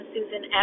Susan